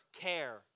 care